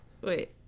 wait